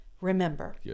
remember